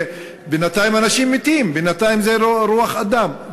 בינתיים אנשים מתים, בינתיים זה חיי אדם.